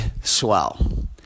swell